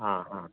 आ हा